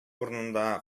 урынында